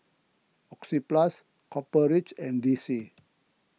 Oxyplus Copper Ridge and D C